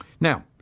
Now